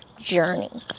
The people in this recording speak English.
journey